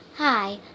Hi